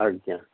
ଆଜ୍ଞା